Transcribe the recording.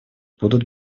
будут